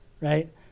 right